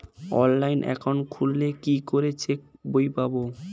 Online account খুললে কি করে চেক বই পাব?